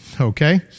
okay